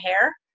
hair